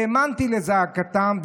האמנתי לזעקתם,